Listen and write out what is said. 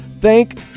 Thank